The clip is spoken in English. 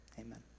Amen